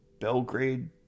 Belgrade